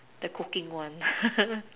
the cooking one